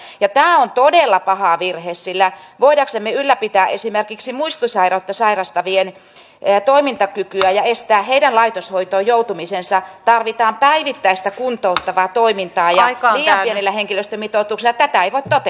tämä on todella paha virhe sillä voidaksemme ylläpitää esimerkiksi muistisairautta sairastavien toimintakykyä ja estää heidän laitoshoitoon joutumisensa tarvitaan päivittäistä kuntouttavaa toimintaa ja liian pienellä henkilöstömitoituksella tätä ei voi toteuttaa